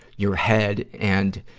your head and,